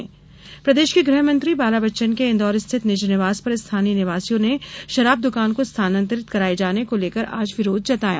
शराब विरोध प्रदेश के गृह मंत्री बाला बच्चन के इंदौर स्थित निज निवास पर स्थानीय निवासियों ने शराब दुकान को स्थानांतरित कराये जाने को लेकर आज विरोध जताया